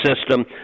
system